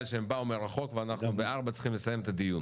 שהם באו מרחוק ואנחנו ב-16:00 צריכים לסיים את הדיון,